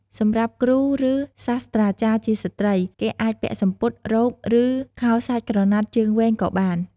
សម្រាប់គ្រូ ឬ សាស្ត្រាចារ្យជាស្ត្រី គេអាចពាក់សំពត់ រ៉ូប ឬ ខោសាច់ក្រណាត់ជើងវែងក៏បាន។